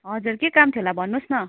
हजुर के काम थियो होला भन्नु होस् न